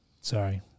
Sorry